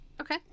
Okay